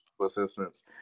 assistance